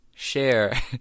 share